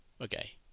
Okay